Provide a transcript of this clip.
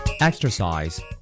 Exercise